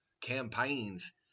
campaigns